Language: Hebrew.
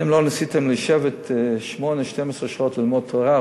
אתם לא ניסיתם לשבת 8 12 שעות ללמוד תורה.